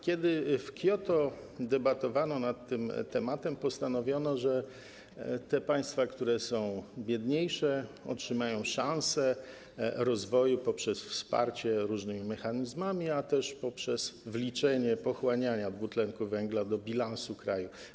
Kiedy w Kioto debatowano na ten temat, postanowiono, że te państwa, które są biedniejsze, otrzymają szansę rozwoju poprzez wsparcie różnymi mechanizmami, ale też poprzez wliczenie pochłaniania dwutlenku węgla do bilansu kraju.